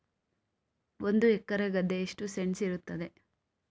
ಒಂದು ಎಕರೆ ಗದ್ದೆ ಎಷ್ಟು ಸೆಂಟ್ಸ್ ಇರುತ್ತದೆ?